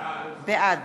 בעד